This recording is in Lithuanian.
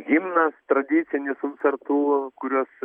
himnas tradicinis sartų kuriuos